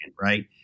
right